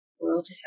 World